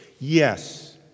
Yes